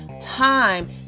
time